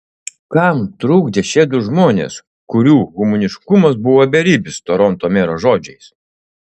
kam trukdė šie du žmonės kurių humaniškumas buvo beribis toronto mero žodžiais